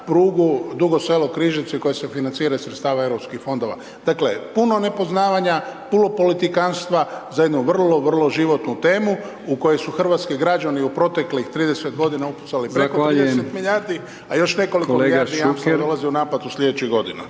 prugu Dugo Selo Križevci, koji se financiraju iz sredstava europskih fondova. Dakle, puno nepoznavanja pulo politikantstva, za jedno vrlo, vrlo životnu temu, u kojoj su hrvatski građani, u proteklih 3 g. …/Govornik se ne razumije./… milijardi, a još nekoliko milijardi jamstva dolazi u napad sljedećih godina.